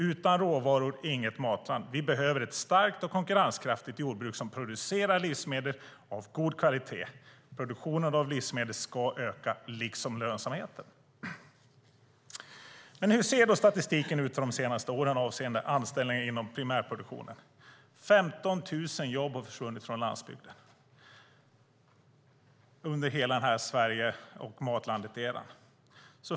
"Utan råvaror är vi inget matland. Vi behöver ett starkt och konkurrenskraftigt jordbruk som producerar livsmedel av god kvalitet. Produktionen av livsmedel ska öka, liksom lönsamheten." Men hur ser då statistiken ut för de senaste åren avseende anställningar inom primärproduktionen? Jo, 15 000 jobb har försvunnit från landsbygden under Matlandet Sverige-eran.